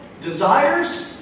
desires